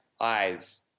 eyes